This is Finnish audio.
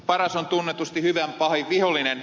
paras on tunnetusti hyvän pahin vihollinen